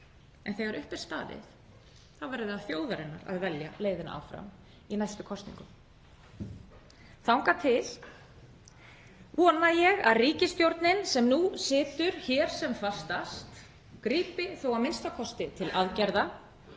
En þegar upp er staðið þá verður það þjóðarinnar að velja leiðina áfram í næstu kosningum. Þangað til vona ég að ríkisstjórnin sem nú situr hér sem fastast grípi þó a.m.k. til aðgerða,